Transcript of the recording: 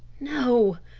no.